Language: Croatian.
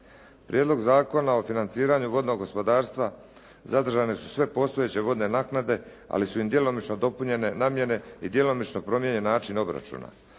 Prijedlog Zakona o financiranju vodnog gospodarstva zadržane su sve postojeće vodne naknade, ali su im djelomično dopunjene namjene i djelomično promijenjen način obračuna.